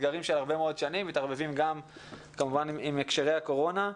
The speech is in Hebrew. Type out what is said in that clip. אתגרים של הרבה מאוד שנים מתערבבים כמובן עם הקשרי הקורונה,